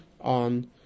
on